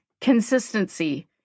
consistency